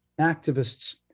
activists